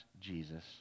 Jesus